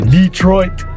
Detroit